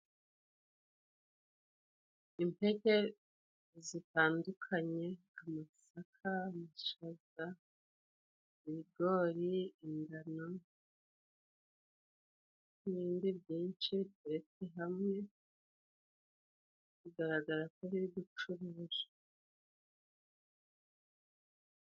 Impeke zitandukanye: amasaka, amashaza, ibigori ingano ,nibindi byinshi ndetse hamwe kugaragara ko gucuruzwa.